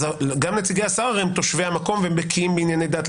אז גם נציגי השר הם תושבי המקום והם בקיאים בענייני דת.